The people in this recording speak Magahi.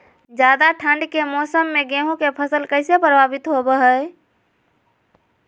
ज्यादा ठंड के मौसम में गेहूं के फसल कैसे प्रभावित होबो हय?